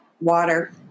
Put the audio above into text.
water